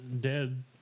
dead